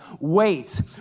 wait